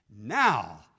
Now